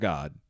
God